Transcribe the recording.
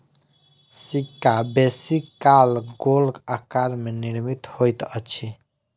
सिक्का बेसी काल गोल आकार में निर्मित होइत अछि